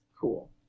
Cool